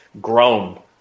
grown